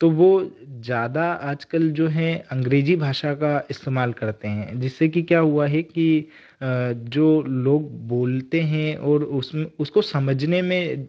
तो वो ज्यादा आजकल जो हैं अंग्रेजी भाषा का इस्तमाल करते हैं जिससे कि क्या हुआ है कि जो लोग बोलते हैं और उसमे उसको समझने में